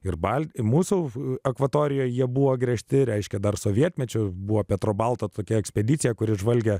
ir balti mūsų akvatorijoj jie buvo gręžti reiškia dar sovietmečiu buvo petro balta tokia ekspedicija kuri žvalgė